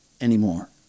anymore